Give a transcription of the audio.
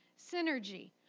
synergy